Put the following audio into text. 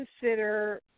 consider